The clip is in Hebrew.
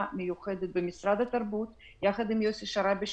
מיוחדת במשרד התרבות יחד עם יוסי שרעבי,